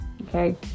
okay